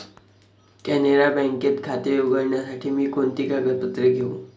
कॅनरा बँकेत खाते उघडण्यासाठी मी कोणती कागदपत्रे घेऊ?